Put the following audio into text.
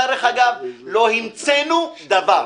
דרך אגב, לא המצאנו דבר.